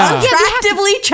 Attractively